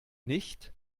nicht